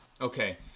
Okay